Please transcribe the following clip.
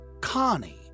Connie